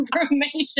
information